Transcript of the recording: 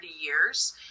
years